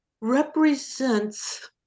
represents